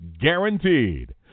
guaranteed